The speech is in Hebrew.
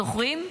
זוכרים?